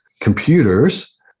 computers